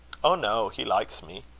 oh! no. he likes me.